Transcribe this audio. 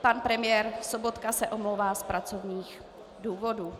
Pan premiér Sobotka se omlouvá z pracovních důvodů.